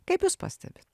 kaip jūs pastebit